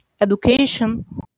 education